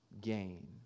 gain